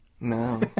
No